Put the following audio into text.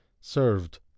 served